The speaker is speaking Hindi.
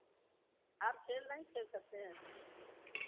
और खेल नहीं खेल सकते हैं